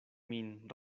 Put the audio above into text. min